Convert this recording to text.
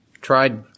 Tried